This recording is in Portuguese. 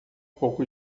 pouco